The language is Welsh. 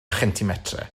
chentimetrau